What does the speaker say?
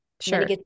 Sure